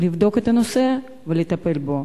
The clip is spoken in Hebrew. לבדוק את הנושא ולטפל בו.